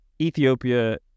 Ethiopia